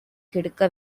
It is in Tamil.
கெடுக்க